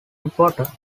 reporter